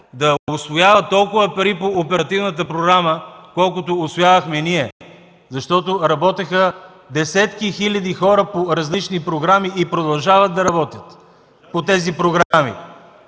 да усвоява толкова пари по оперативната програма, колкото усвоявахме ние, защото работеха десетки хиляди хора по различни програми и продължават да работят по тях (реплика